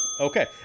Okay